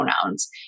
pronouns